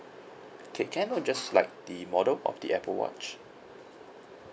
okay can I know just like the model of the apple watch